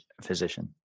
physician